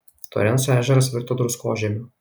torenso ežeras virto druskožemiu